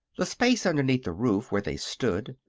the space underneath the roof, where they stood,